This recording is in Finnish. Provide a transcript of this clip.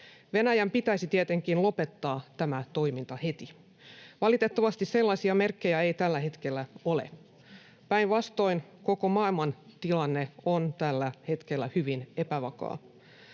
Venäjän pitäisi tietenkin lopettaa tämä toiminta heti. Valitettavasti sellaisia merkkejä ei tällä hetkellä ole. Päinvastoin koko maailmantilanne on tällä hetkellä hyvin epävakaa.